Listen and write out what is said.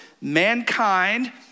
mankind